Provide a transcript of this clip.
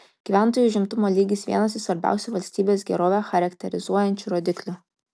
gyventojų užimtumo lygis vienas iš svarbiausių valstybės gerovę charakterizuojančių rodiklių